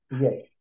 yes